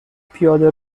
پیاده